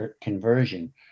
conversion